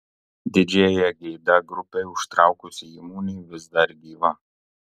didžiąją gėdą grupei užtraukusi įmonė vis dar gyva